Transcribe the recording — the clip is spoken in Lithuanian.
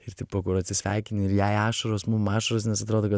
ir tipo kur atsisveikini ir jai ašaros mum ašaros nes atrodo kad